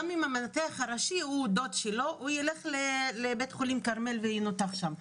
גם אם המנתח הראשי הוא דוד שלו הוא יילך לבית חולים כרמל וינותח שם.